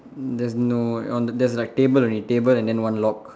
there's no on the there's like table only table and then one lock